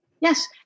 Yes